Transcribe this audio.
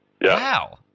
wow